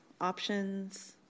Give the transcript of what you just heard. OPTIONS